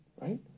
right